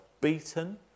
beaten